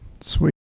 Sweet